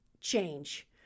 change